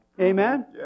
Amen